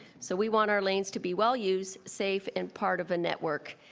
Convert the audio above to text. so we want our lanes to be well used, safe, and part of a network.